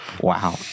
Wow